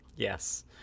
Yes